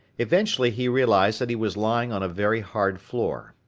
eventually he realized that he was lying on a very hard floor.